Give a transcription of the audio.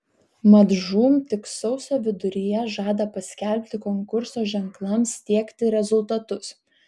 mat žūm tik sausio viduryje žada paskelbti konkurso ženklams tiekti rezultatus